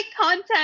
content